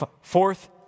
Fourth